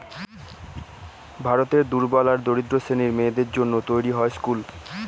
ভারতের দুর্বল আর দরিদ্র শ্রেণীর মেয়েদের জন্য তৈরী হয় স্কুল